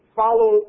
follow